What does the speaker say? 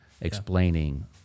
explaining